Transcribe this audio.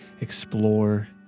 explore